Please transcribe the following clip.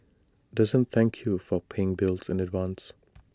doesn't thank you for paying bills in advance